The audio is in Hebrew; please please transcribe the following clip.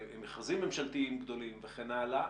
מכרזים ממשלתיים גדולים וכן הלאה,